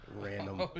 Random